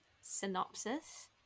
synopsis